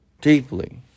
deeply